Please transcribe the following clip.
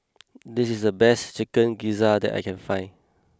this is the best Chicken Gizzard that I can find